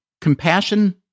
Compassion